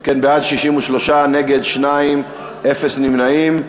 בעד, 63, נגד, 2, ואפס נמנעים.